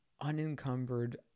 unencumbered